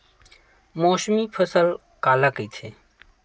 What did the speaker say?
मौसमी फसल काला कइथे?